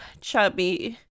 chubby